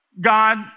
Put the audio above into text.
God